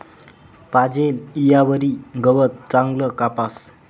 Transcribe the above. पाजेल ईयावरी गवत चांगलं कापास